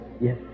Yes